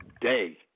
day